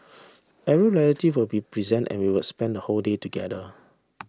every relative would be present and we would spend the whole day together